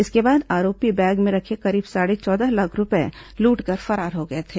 इसके बाद आरोपी बैग में रखे करीब साढ़े चौदह लाख रूपये लूटकर फरार हो गए थे